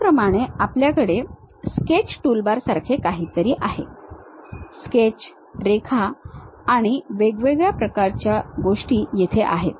त्याचप्रमाणे आपल्याकडे sketch toolbar सारखे काहीतरी आहे स्केच रेखा आणि वेगवेगळ्या प्रकारची गोष्टी येथे आहेत